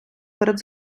перед